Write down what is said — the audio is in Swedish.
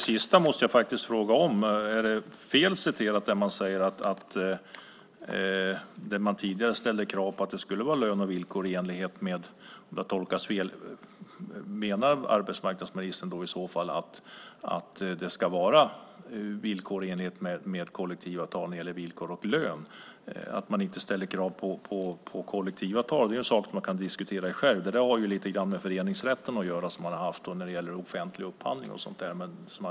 Fru talman! Det där sista måste jag faktiskt fråga om. Har detta tolkats fel? Menar arbetsmarknadsministern i så fall att det ska vara villkor i enlighet med kollektivavtal när det gäller villkor och lön? Att man inte ställer krav på kollektivavtal är en sak som man kan diskutera i sig själv. Det där har lite grann med föreningsrätten att göra, som man har haft när det gäller offentlig upphandling och sådant.